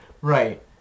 Right